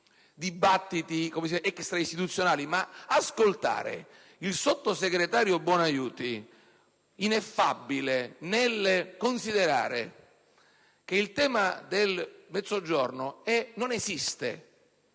dibattiti extraistituzionali, ma ascoltare il sottosegretario Bonaiuti, ineffabile nel considerare che il tema del Mezzogiorno non esiste